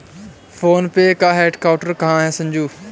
Phone पे का headquarter कहां है संजू?